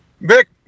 Vic